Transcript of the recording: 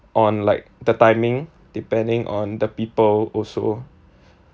on like the timing depending on the people also